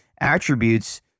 attributes